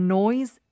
noise